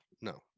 no